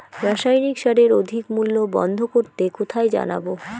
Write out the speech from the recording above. রাসায়নিক সারের অধিক মূল্য বন্ধ করতে কোথায় জানাবো?